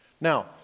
Now